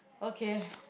okay